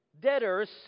debtors